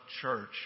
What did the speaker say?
church